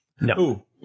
No